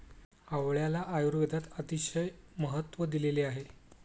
आवळ्याला आयुर्वेदात अतिशय महत्त्व दिलेले आहे